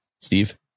Steve